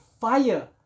fire